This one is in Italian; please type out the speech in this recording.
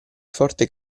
forte